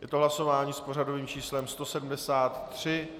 Je to hlasování s pořadovým číslem 173.